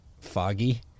foggy